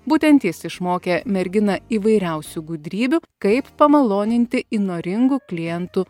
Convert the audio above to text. būtent jis išmokė merginą įvairiausių gudrybių kaip pamaloninti įnoringų klientų